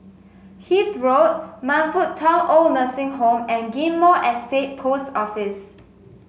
Hythe Road Man Fut Tong OId Nursing Home and Ghim Moh Estate Post Office